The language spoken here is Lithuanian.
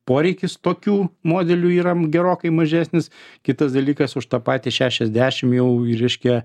poreikis tokių modelių yra gerokai mažesnis kitas dalykas už tą patį šešiasdešim jau reiškia